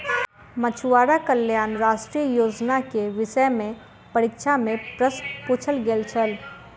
मछुआरा कल्याण राष्ट्रीय योजना के विषय में परीक्षा में प्रश्न पुछल गेल छल